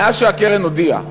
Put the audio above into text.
מאז הודיעה